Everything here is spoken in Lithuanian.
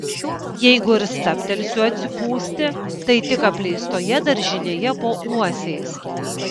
jeigu ir stabtelsiu atsipūsti tai tik apleistoje daržinėje po uosiais